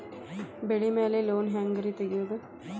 ಬೆಳಿ ಮ್ಯಾಲೆ ಲೋನ್ ಹ್ಯಾಂಗ್ ರಿ ತೆಗಿಯೋದ?